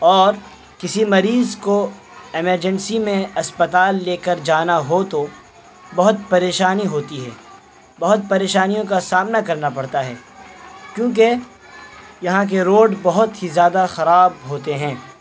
اور کسی مریض کو ایمرجنسی میں اسپتال لے کر جانا ہو تو بہت پریشانی ہوتی ہے بہت پریشانیوں کا سامنا کرنا پڑتا ہے کیونکہ یہاں کے روڈ بہت ہی زیادہ خراب ہوتے ہیں